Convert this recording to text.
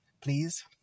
Please